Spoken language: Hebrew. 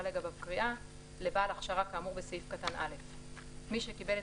לגביו קריאה - לבעל הכשרה כאמור בסעיף קטן (א); מי שקיבל את